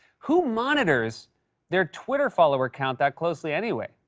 who monitors their twitter follower account that closely, anyway?